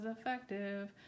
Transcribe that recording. effective